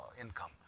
income